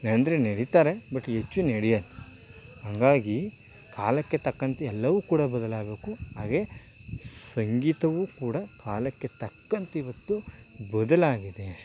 ಅಂದರೆ ನಡಿತಾರೆ ಬಟ್ ಹೆಚ್ಚು ನಡಿಯಲ್ಲ ಹಾಗಾಗಿ ಕಾಲಕ್ಕೆ ತಕ್ಕಂತೆ ಎಲ್ಲವೂ ಕೂಡ ಬದಲಾಗಬೇಕು ಹಾಗೇ ಸಂಗೀತವೂ ಕೂಡ ಕಾಲಕ್ಕೆ ತಕ್ಕಂತೆ ಇವತ್ತು ಬದಲಾಗಿದೆ ಅಷ್ಟೇ